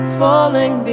falling